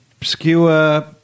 obscure